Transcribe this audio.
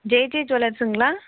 JJ ஜுவல்லர்ஸுங்களா